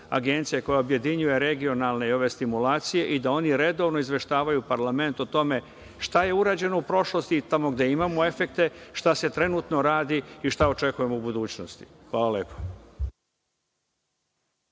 agencije RAS, koja objedinjuje regionalne i ove stimulacije i da oni redovno izveštavaju parlament o tome šta je urađeno u prošlosti, tamo gde imamo efekte, šta se trenutno radi i šta očekujemo u budućnosti. Hvala lepo.